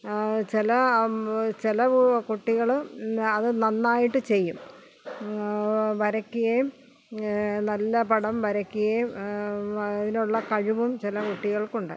ചില ചില കുട്ടികൾ അത് നന്നായിട്ട് ചെയ്യും വരക്കുകയും നല്ല പടം വരക്കുകയും അതിനുള്ള കഴിവും ചില കുട്ടികൾക്കുണ്ട്